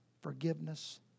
forgiveness